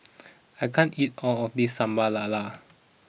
I can't eat all of this Sambal Lala